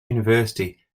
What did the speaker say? university